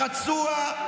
רחצוה,